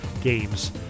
games